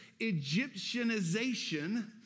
Egyptianization